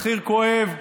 מחיר כואב וכבד.